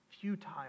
futile